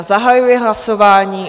Zahajuji hlasování...